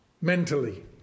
mentally